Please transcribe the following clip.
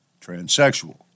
transsexual